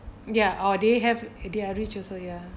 ya oh they have they are rich also ya